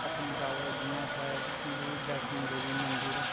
पत्नीटाप जियां इत्थै जम्मू च बैश्णो देवी मंदिर